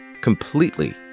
completely